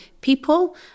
people